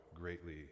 greatly